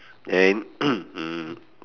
then mm